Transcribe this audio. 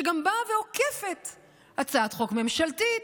שגם באה ועוקפת הצעת חוק ממשלתית.